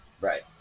right